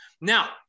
Now